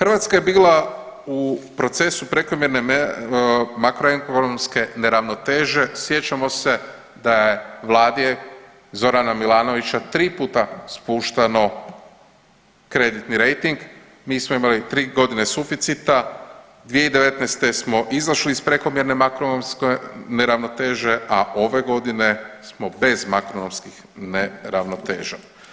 Hrvatska je bila u procesu prekomjerne makroekonomske neravnoteže, sjećamo se da je vladi Zorana Milanovića tri puta spuštano kreditni rejting, mi smo imali tri godine suficita 2019. smo izašli iz prekomjerne makroekonomske neravnoteže, a ove godine smo bez makroekonomskih neravnoteža.